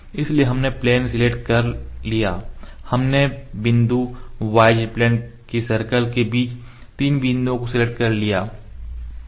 इसलिए हमने plane select कर लिया है हमने तीन बिंदु yz प्लेन के सर्कल के पास तीन बिंदुओं को सिलेक्ट कर लिया है